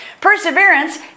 Perseverance